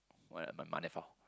what are my money for